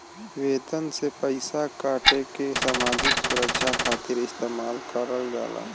वेतन से पइसा काटके सामाजिक सुरक्षा खातिर इस्तेमाल करल जाला